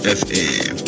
fm